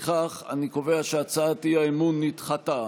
לפיכך אני קובע שהצעת האי-אמון נדחתה.